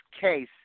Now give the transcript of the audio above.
case